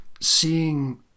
seeing